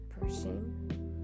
person